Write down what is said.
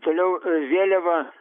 toliau vėliava